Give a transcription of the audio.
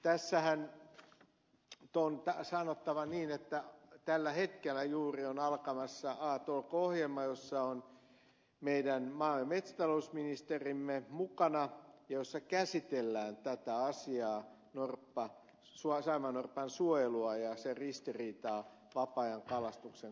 tässähän on sanottava niin että tällä hetkellä juuri on alkamassa a talk ohjelma jossa on meidän maa ja metsätalousministerimme mukana ja jossa käsitellään tätä asiaa saimaannorpan suojelua ja sen ristiriitaa vapaa ajan kalastuksen kanssa